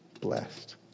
blessed